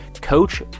Coach